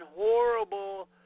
horrible